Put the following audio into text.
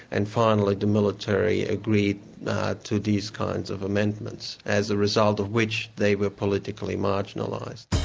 and finally the military agreed to these kinds of amendments as the result of which they were politically marginalised.